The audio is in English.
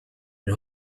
and